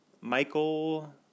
Michael